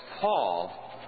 Paul